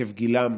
עקב גילם,